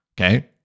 okay